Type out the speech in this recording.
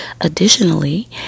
Additionally